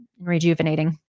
Rejuvenating